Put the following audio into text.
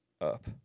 up